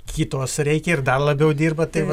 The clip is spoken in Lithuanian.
kitos reikia ir dar labiau dirba tai va